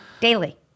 daily